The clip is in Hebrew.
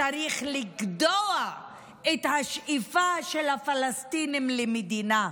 שצריך לגדוע את השאיפה של הפלסטינים למדינה.